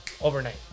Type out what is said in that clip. overnight